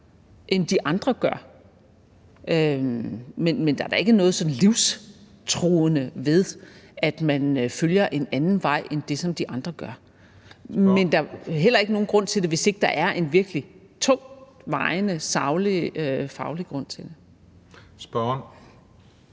end de andre. Men der er da ikke noget sådant livstruende, ved at man følger en anden vej end den, de andre følger. Men der er heller ikke nogen grund til det, hvis der ikke er en virkelig tungtvejende saglig og faglig grund til det. Kl.